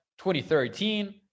2013